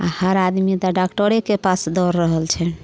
हर आदमी तऽ डॉक्टरेके पास दौड़ रहल छै